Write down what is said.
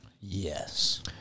Yes